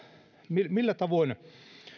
millä millä tavoin